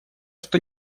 что